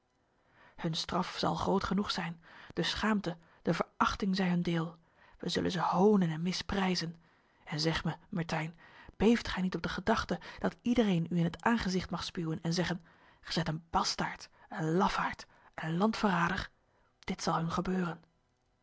hun straf zal groot genoeg zijn de schaamte de verachting zij hun deel wij zullen ze honen en misprijzen en zeg mij mertyn beeft gij niet op de gedachte dat iedereen u in het aangezicht mag spuwen en zeggen gij zijt een bastaard een lafaard een landverrader dit zal hun gebeuren